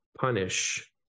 punish